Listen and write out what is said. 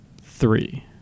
three